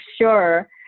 sure